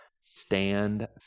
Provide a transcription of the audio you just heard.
stand